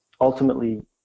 ultimately